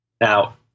Now